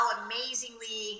amazingly